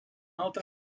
altra